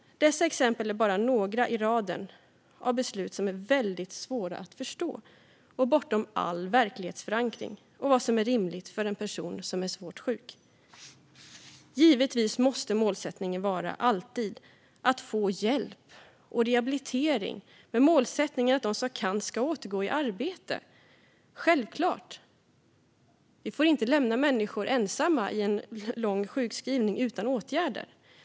Detta är bara några exempel i raden av beslut som är väldigt svåra att förstå och bortom all verklighetsförankring när det gäller vad som är rimligt för en person som är svårt sjuk. Givetvis måste målsättningen alltid vara att människor ska få hjälp och rehabilitering och att de som kan ska återgå i arbete - självklart. Vi får inte lämna människor ensamma i en lång sjukskrivning utan åtgärder.